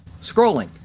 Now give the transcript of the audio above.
Scrolling